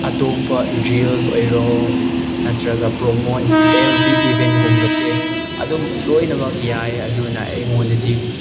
ꯑꯇꯣꯞꯄ ꯔꯤꯜꯁ ꯑꯣꯏꯔꯣ ꯅꯠꯇ꯭ꯔꯒ ꯄ꯭ꯔꯣꯃꯣꯠ ꯑꯦꯕ꯭ꯔꯤ ꯏꯕꯦꯟꯒꯨꯝꯕꯁꯦ ꯑꯗꯨꯝ ꯂꯣꯏꯅꯃꯛ ꯌꯥꯏ ꯑꯗꯨꯅ ꯑꯩꯉꯣꯟꯗꯗꯤ